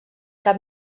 cap